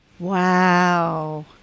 Wow